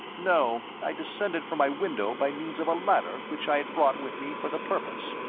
no i descended from my window by means of a ladder which i had brought with me for the purpose.